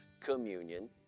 Communion